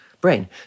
brain